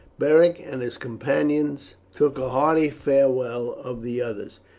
beric and his companions took a hearty farewell of the others,